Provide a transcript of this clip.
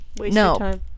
No